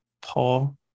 Paul